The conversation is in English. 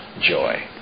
joy